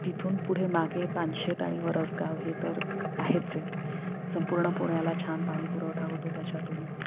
तिथून पुढे मागे पानशेत आणि वरसगाव हे तर आहेच आहेत संपूर्ण पुण्याला छान पाणी पुरवठा होतो त्याच्यातून